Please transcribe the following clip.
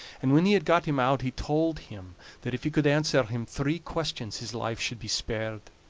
and when he had got him out he told him that if he could answer him three questions his life should be spared.